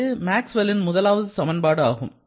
இது மேக்ஸ்வெல்லின் முதலாவது சமன்பாடு ஆகும்